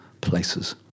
places